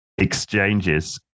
exchanges